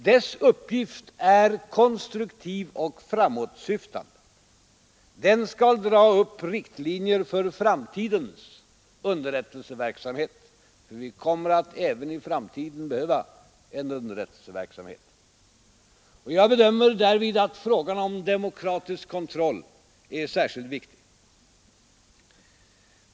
Dess uppgift är konstruktiv och framåtsyftande. Den skall dra upp riktlinjer för framtidens underrättelseverksamhet. Vi kommer nämligen även i framtiden att behöva en underrättelseverksamhet. Jag bedömer därvid att frågan om demokratisk kontroll är särskilt viktig.